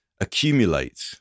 accumulate